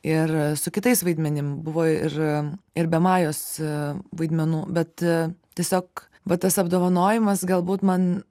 ir su kitais vaidmenim buvo ir ir be majos vaidmenų bet tiesiog va tas apdovanojimas galbūt man